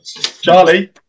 Charlie